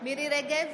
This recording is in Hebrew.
מרים רגב,